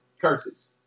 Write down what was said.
curses